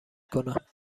کنم